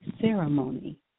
ceremony